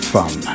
fun